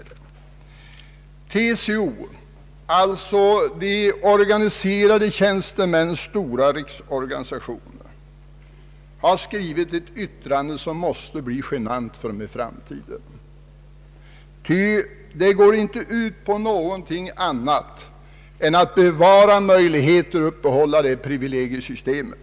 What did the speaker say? TCO, alltså de organiserade tjänstemännens stora riksorganisation, har skrivit ett yttrande som för framtiden måste bli genant för organisationen, ty detta går inte ut på något annat än att bevara det privilegiesystem som för närvarande råder.